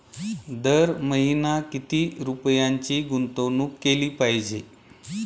दर महिना किती रुपयांची गुंतवणूक केली पाहिजे?